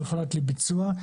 מפורט לביצוע.